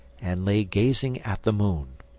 and lay gazing at the moon.